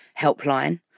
Helpline